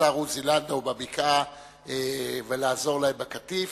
השר עוזי לנדאו בבקעה ולעזור להם בקטיף.